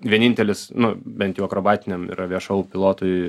vienintelis nu bent jau akrobatiniam yra viešau pilotui